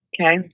Okay